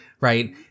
right